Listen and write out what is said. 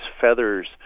feathers